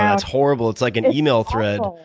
ah it's horrible. it's like an email thread.